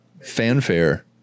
fanfare